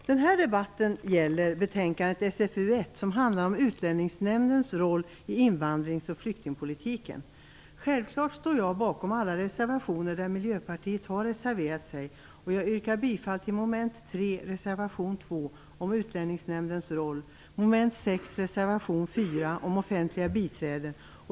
Herr talman! Den här debatten gäller socialförsäkringsutskottets betänkande 1 som handlar om Utlänningsnämndens roll i invandrings och flyktingpolitiken. Självklart står jag bakom alla reservationer som Miljöpartiet har fogat till betänkandet, och jag yrkar bifall till reservation 2, mom. 3, om Utlänningsnämndens roll, och reservation 4, mom. 6, om offentliga biträden.